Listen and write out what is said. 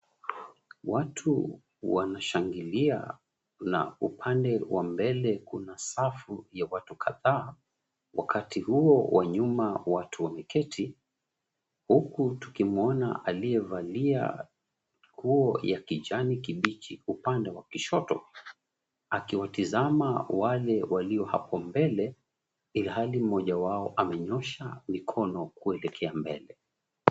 Watu wanashangilia na upande wa mbele kuna safu ya watu kadhaa. Wakati huo wa nyuma watu wameketi huku tukimwona aliyevalia nguo ya kijani kibichi upande wa kushoto akiwatazama wale walio hapo mbele ilhali mmoja wao amenyoosha mkono kuelekea mbele.